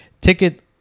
ticket